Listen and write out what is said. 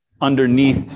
underneath